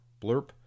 blurb